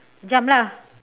jump lah